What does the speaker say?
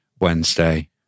Wednesday